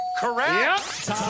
Correct